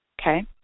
Okay